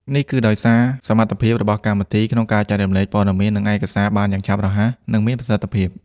នេះគឺដោយសារសមត្ថភាពរបស់កម្មវិធីក្នុងការចែករំលែកព័ត៌មាន និងឯកសារបានយ៉ាងឆាប់រហ័ស និងមានប្រសិទ្ធភាព។